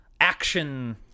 action